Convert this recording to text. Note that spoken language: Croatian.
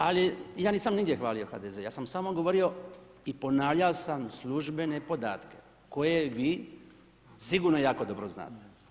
Ali, ja nisam nigdje hvalio HDZ, ja sam samo govorio i ponavljao sam službene podatke, koje vi sigurno jako dobro znate.